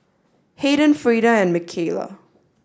Haden Frida and Michaela